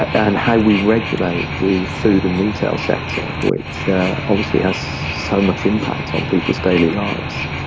and how we regulate the food and retail sector, which obviously has so much impact on people's daily lives.